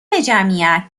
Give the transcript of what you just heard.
جمعیت